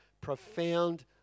profound